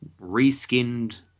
reskinned